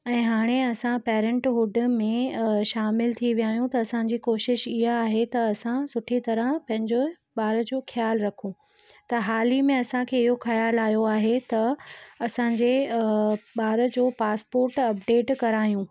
ऐं हाणे असां पैरेंट हुड में शामिलु थी विया आहियूं त असांजी कोशिशि ईअं आहे त असां सुठी तरह पंहिंजो ॿार जो ख्यालु रखू त हाल ई में असांखे इहो ख्यालु आयो आहे त असांजे ॿार जो पासपोर्ट अपडेट करायूं